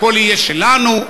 והכול יהיה שלנו?